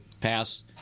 pass